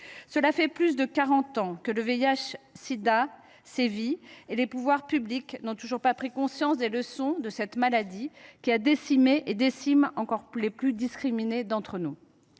Cela fait plus de quarante ans que le VIH sida sévit ; or les pouvoirs publics n’ont toujours pas pris conscience des leçons de cette maladie qui a décimé et décime encore les plus discriminés d’entre nous.